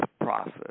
process